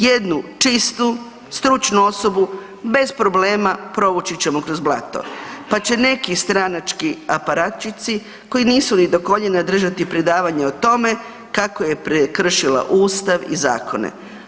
Jednu čistu stručnu osobu bez problema provući ćemo kroz blato, pa će neki stranački aparatici koji nisu ni do koljena držati predavanje o tome kako je prekršila ustav i zakone.